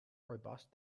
robust